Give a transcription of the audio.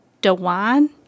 Dewan